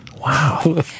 Wow